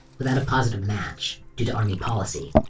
without a positive match, due to army policy,